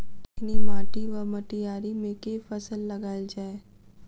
चिकनी माटि वा मटीयारी मे केँ फसल लगाएल जाए?